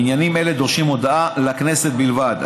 עניינים אלה דורשים הודעה לכנסת בלבד.